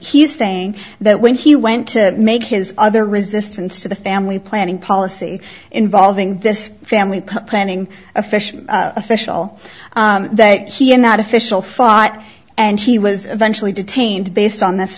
he's saying that when he went to make his other resistance to the family planning policy involving this family planning official official that he and that official fought and he was eventually detained based on this